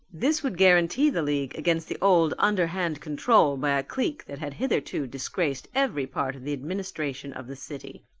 this would guarantee the league against the old underhand control by a clique that had hitherto disgraced every part of the administration of the city.